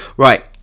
Right